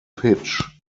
pitch